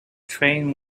train